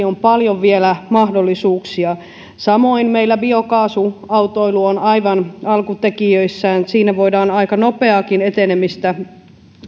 on paljon vielä mahdollisuuksia samoin meillä biokaasuautoilu on aivan alkutekijöissään siinä voidaan aika nopeaakin etenemistä